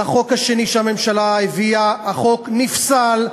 על החוק השני שהממשלה הביאה, החוק נפסל.